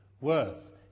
worth